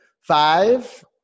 Five